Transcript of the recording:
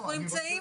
אנחנו נמצאים